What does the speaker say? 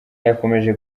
yakomeje